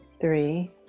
three